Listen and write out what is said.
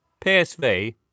PSV